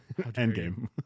Endgame